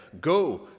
Go